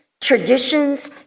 traditions